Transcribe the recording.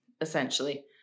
essentially